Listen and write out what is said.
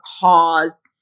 cause